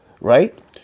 right